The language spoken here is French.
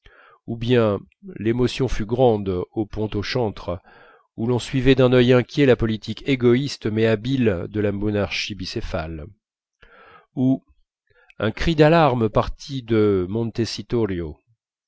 ou bien l'émotion fut grande au pont aux chantres où l'on suivait d'un œil inquiet la politique égoïste mais habile de la monarchie bicéphale ou un cri d'alarme partit de montecitorio